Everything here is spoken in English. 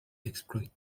exploit